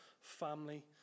family